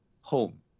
home